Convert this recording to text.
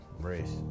race